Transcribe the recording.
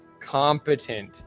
competent